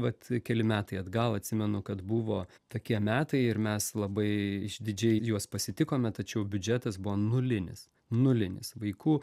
vat keli metai atgal atsimenu kad buvo tokie metai ir mes labai išdidžiai juos pasitikome tačiau biudžetas buvo nulinis nulinis vaikų